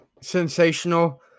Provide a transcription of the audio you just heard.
sensational